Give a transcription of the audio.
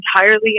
entirely